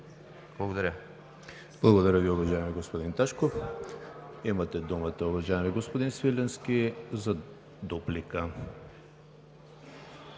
ХРИСТОВ: Благодаря Ви, уважаеми господин Ташков. Имате думата, уважаеми господин Свиленски, за дуплика.